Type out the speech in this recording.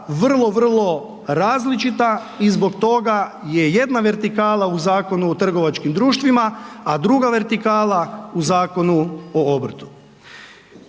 vrlo, vrlo različita i zbog toga je jedna vertikala u Zakonu o trgovačkim društvima, a druga vertikala u Zakonu o obrtu.